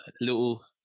little